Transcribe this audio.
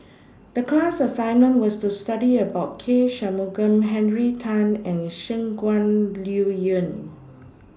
The class assignment was to study about K Shanmugam Henry Tan and Shangguan Liuyun